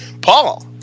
Paul